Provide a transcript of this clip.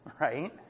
right